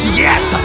yes